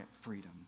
freedom